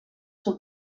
seu